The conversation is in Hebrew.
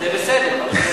זה בסדר.